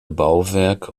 bauwerk